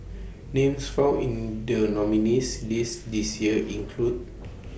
Names found in The nominees' list This Year include